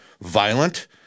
violent